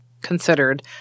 considered